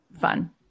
fun